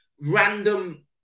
random